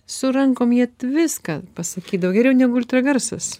su rankom jie viską pasakydavo geriau negu ultragarsas